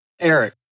Eric